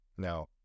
Now